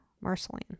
Marceline